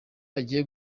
agiye